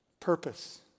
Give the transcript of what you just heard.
Purpose